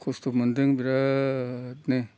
खस्थ' मोन्दों बिरादनो